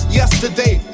yesterday